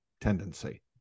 tendency